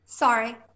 Sorry